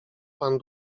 pan